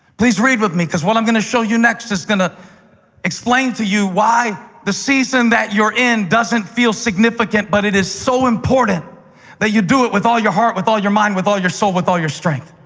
please read with me, because what i'm going to show you next is going to explain to you why the season you're in doesn't feel significant, but it is so important that you do it with all your heart, with all your mind, with all your soul, and with all your strength.